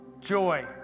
joy